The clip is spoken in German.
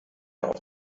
auf